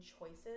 choices